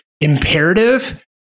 imperative